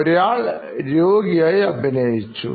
ഒരാൾ രോഗിയായിഅഭിനയിച്ചു